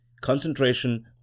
Concentration